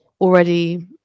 already